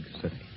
city